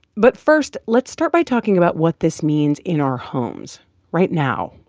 but first, let's start by talking about what this means in our homes right now